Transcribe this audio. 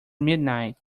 midnight